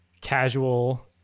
casual